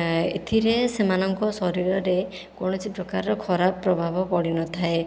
ଏଥିରେ ସେମାନଙ୍କ ଶରୀରରେ କୌଣସି ପ୍ରକାରର ଖରାପ ପ୍ରଭାବ ପଡ଼ି ନଥାଏ